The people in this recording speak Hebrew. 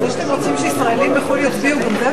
זה שאתם רוצים שישראלים בחו"ל יצביעו, אדוני